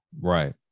Right